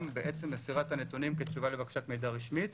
בעצם מסירת הנתונים כתשובה לבקשת מידע רשמית.